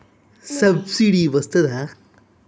Subsidy వస్తదా?